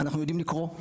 אנחנו יודעים לקרוא,